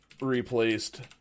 replaced